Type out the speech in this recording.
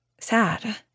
sad